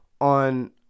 on